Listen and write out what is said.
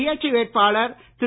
சுயேட்சை வேட்பாளர் திரு